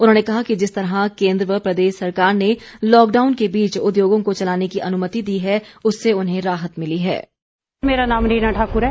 उन्होंने कहा कि जिस तरह केंद्र व प्रदेश सरकार ने लॉकडाउन के बीच उद्योगों को चलाने की अनुमति दी है उससे उन्हें राहत मिली है